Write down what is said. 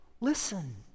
Listen